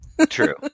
True